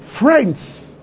Friends